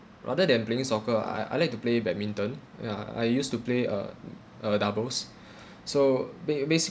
rather than playing soccer I I like to play badminton you know I used to play uh a doubles so ba~ basically